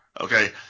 Okay